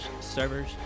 servers